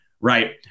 right